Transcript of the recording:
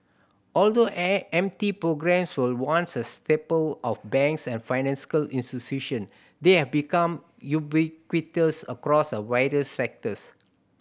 although M T programmes were once a staple of banks and financial institution they are become ubiquitous across a various sectors